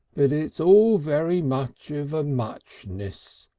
but it's all very much of a muchness,